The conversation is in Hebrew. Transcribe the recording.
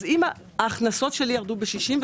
אז אם ההכנסות שלי ירדו ב-68%,